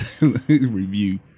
review